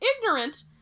ignorant